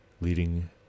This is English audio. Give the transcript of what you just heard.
leading